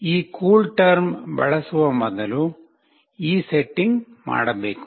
ಈ ಕೂಲ್ಟೆರ್ಮ್ ಬಳಸುವ ಮೊದಲು ಈ ಸೆಟ್ಟಿಂಗ್ ಮಾಡಬೇಕು